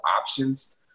options